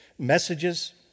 messages